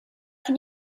can